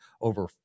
over